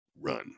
run